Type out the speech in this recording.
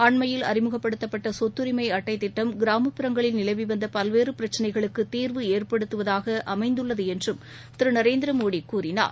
அண்மையில் அறிமுகப்படுத்தப்பட்ட சொத்துரிமை அட்டை திட்டம் கிராமப்புறங்களில் நிலவி வந்த பல்வேறு பிரச்சிளைகளுக்கு தீர்வு ஏற்படுத்துவதாக அமைந்தள்ளது என்றும் திரு நரேந்திர மோடி கூறினார்